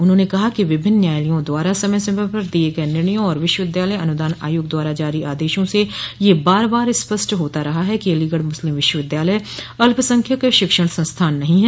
उन्होंने कहा कि विभिन्न न्यायालयों द्वारा समय समय पर दिये गये निर्णयों और विश्वविद्यालय अनुदान आयोग द्वारा जारी आदेशों से यह बार बार स्पष्ट होता रहा है कि अलीगढ़ मूस्लिम विश्वविद्यालय अल्पसंख्यक शिक्षण संस्थान नहीं है